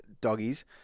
Doggies